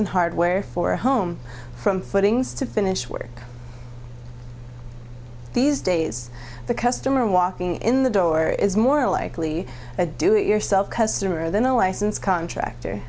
and hardware for home from footings to finish work these days the customer walking in the door is more likely to do it yourself customer than a licensed contractor